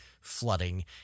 flooding